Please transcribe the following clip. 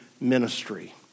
ministry